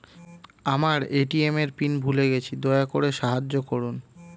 আমার এ.টি.এম এর পিন ভুলে গেছি, দয়া করে সাহায্য করুন